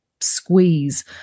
squeeze